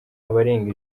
abarenga